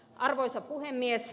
arvoisa puhemies